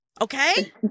Okay